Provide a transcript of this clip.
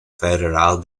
federal